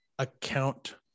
account